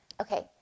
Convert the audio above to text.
Okay